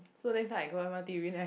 so next time I go m_r_t you win eh